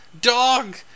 dog